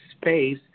Space